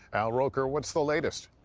al roker, what's the latest?